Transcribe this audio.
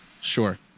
Sure